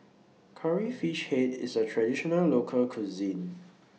Curry Fish Head IS A Traditional Local Cuisine